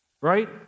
right